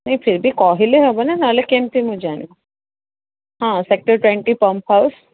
ନାଇ ତଥାପି କହିଲେ ହେବନା ନହେଲେ କେମିତି ମୁଁ ଜାଣିବି ହଁ ସେକ୍ଟର ଟ୍ୱେଣ୍ଟି ପମ୍ପ୍ ହାଉସ୍